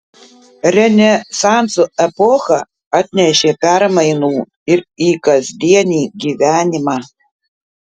renesanso epocha atnešė permainų ir į kasdienį gyvenimą